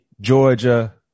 Georgia